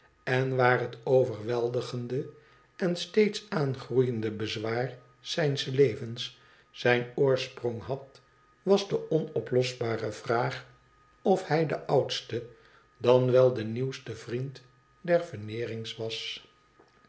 en waar het overweldigende en steeds aangroeiende bezwaar zijns levens zijn oorsprong had was de onoplosbare vraag of hij de oudste dan wel de nieuwste vriend der veneerings was